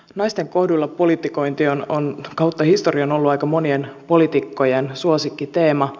naisten kohduilla politikointi on kautta historian ollut aika monien poliitikkojen suosikkiteema